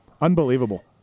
Unbelievable